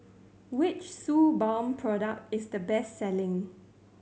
which Suu Balm product is the best selling